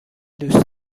دوست